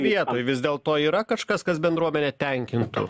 vietoj vis dėlto yra kažkas kas bendruomenę tenkintų